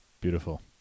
Beautiful